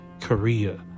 Korea